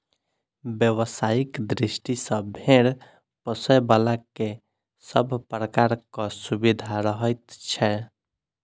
व्यवसायिक दृष्टि सॅ भेंड़ पोसयबला के सभ प्रकारक सुविधा रहैत छै